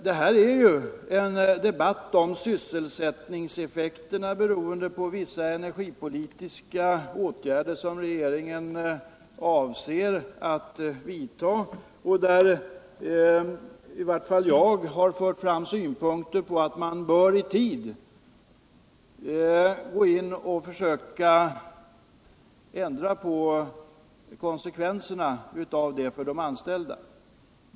Detta är en debatt om de sysselsättningseffekter som blir följden av vissa energipolitiska åtgärder som regeringen avser att vidta. Om dessa har i varje fall jag framfört synpunkter om att man i tid bör försöka ändra de konsekvenser som uppstår för de anställda.